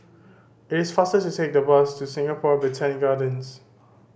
it is faster to take the bus to Singapore Botanic Gardens